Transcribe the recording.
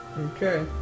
Okay